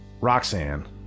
Roxanne